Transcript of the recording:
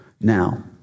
now